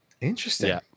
Interesting